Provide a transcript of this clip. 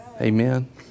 Amen